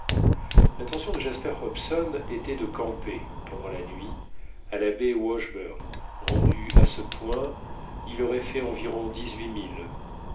l'intention de jasper hobson était de camper pendant la nuit à la baie washburn rendu à ce point il aurait fait environ